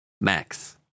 Max